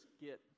get